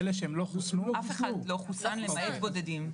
אף אחד לא חוסן למעט בודדים.